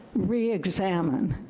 reexamine.